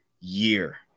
year